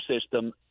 system